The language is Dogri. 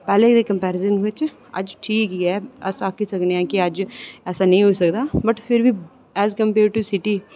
पैह्लें दे कम्पेरिजन बिच ठीक ऐ अस आक्खी सकनें आं कि अज्ज ऐसा नेईं होई सकदा वट् फिर बी एज़ कम्पेअर टू सिटी